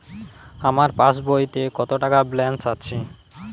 আমার পাসবইতে কত টাকা ব্যালান্স আছে?